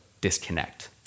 disconnect